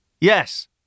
Yes